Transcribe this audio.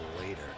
later